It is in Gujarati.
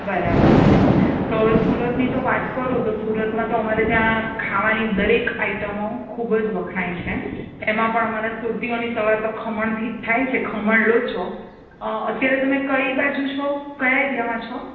બરાબર છે તો હવે સુરતની તો વાત કરું તો સુરતમાં તો અમારે ત્યાં ખાવાની દરેક આઈટમો ખૂબ જ વખણાય છે એમાં પણ અમારા સુરતીઓની સવાર તો ખમણથી જ થાય છે ખમણ લોચો અત્યારે તમે કઈ બાજુ છો કયા એરિયામાં છો